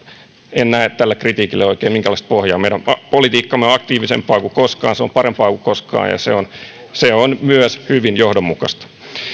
en näe tälle kritiikille oikein minkäänlaista pohjaa meidän politiikkamme on aktiivisempaa kuin koskaan se on parempaa kuin koskaan ja se on se on myös hyvin johdonmukaista